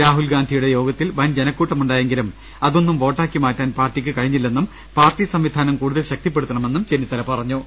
രാഹുൽ ഗാന്ധിയുടെ യോഗത്തിൽ വൻ ജനക്കൂട്ടമുണ്ടായെങ്കിലും അതൊന്നും വോട്ടാക്കി മാറ്റാൻ പാർട്ടിക്ക് കഴിഞ്ഞില്ലെന്നും പാർട്ടി സംവിധാനം കൂടുതൽ ശക്തിപ്പെടുത്തണമെന്നും ചെന്നിത്തല പറ ഞ്ഞു